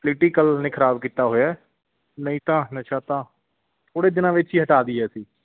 political ਨੇ ਖ਼ਰਾਬ ਕੀਤਾ ਹੋਇਆ ਨਹੀਂ ਤਾਂ ਨਸ਼ਾ ਤਾਂ ਥੋੜ੍ਹੇ ਦਿਨਾਂ ਵਿੱਚ ਹੀ ਹਟਾ ਦੇਈਏ ਅਸੀਂ